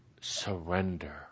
surrender